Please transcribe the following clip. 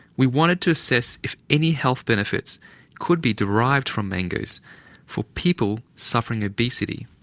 we wanted to assess if any health benefits could be derived from mangoes for people suffering obesity.